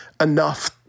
enough